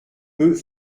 peut